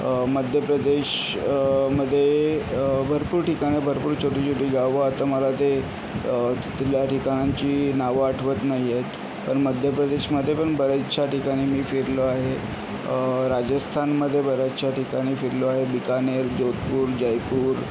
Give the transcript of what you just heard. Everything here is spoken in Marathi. मध्य प्रदेश मध्ये भरपूर ठिकाणं भरपूर छोटी छोटी गावं आता मला ते तिथल्या ठिकाणांची नावं आठवत नाही आहेत पण मध्य प्रदेशमधे पण बऱ्याचशा ठिकाणी मी फिरलो आहे राजस्थानमध्ये बऱ्याचशा ठिकाणी फिरलो आहे बिकानेर जोधपूर जयपूर